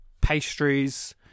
pastries